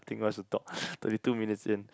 nothing much to talk thirty two minutes in